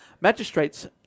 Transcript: magistrates